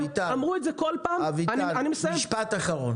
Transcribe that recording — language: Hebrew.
משפט אחרון.